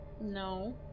No